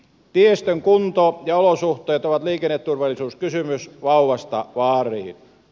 tiestön kunto ja olosuhteet ovat liikenneturvallisuuskysymys vauvasta vaariin